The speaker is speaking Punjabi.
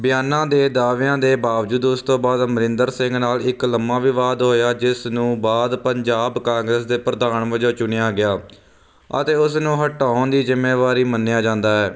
ਬਿਆਨਾਂ ਦੇ ਦਾਵਿਆਂ ਦੇ ਬਾਵਜੂਦ ਉਸ ਤੋਂ ਬਾਅਦ ਅਮਰਿੰਦਰ ਸਿੰਘ ਨਾਲ ਇੱਕ ਲੰਮਾ ਵਿਵਾਦ ਹੋਇਆ ਜਿਸ ਨੂੰ ਬਾਅਦ ਪੰਜਾਬ ਕਾਂਗਰਸ ਦੇ ਪ੍ਰਧਾਨ ਵਜੋਂ ਚੁਣਿਆ ਗਿਆ ਅਤੇ ਉਸ ਨੂੰ ਹਟਾਉਣ ਦੀ ਜਿੰਮੇਵਾਰੀ ਮੰਨਿਆ ਜਾਂਦਾ ਹੈ